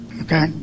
okay